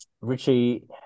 Richie